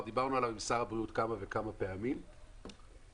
שדיברנו עליו עם שר הבריאות כמה פעמים בשבוע שעבר.